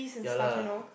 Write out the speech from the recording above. yeah lah